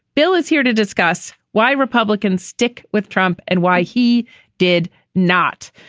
bill is here to discuss why republicans stick with trump and why he did not.